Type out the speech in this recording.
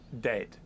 dead